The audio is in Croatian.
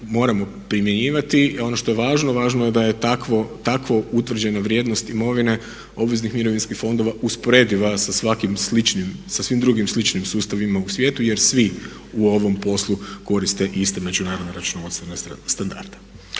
moramo primjenjivati. I ono što je važno važno je da je tako utvrđena vrijednost imovine obveznih mirovinskih fondova usporediva sa svakim sličnim, sa svim drugim sličnim sustavima u svijetu jer svi u ovom poslu koriste iste međunarodne računovodstvene standarde.